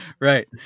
Right